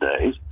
days